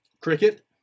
Cricket